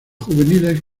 juveniles